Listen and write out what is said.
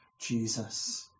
Jesus